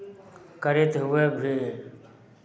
करैत हुए भी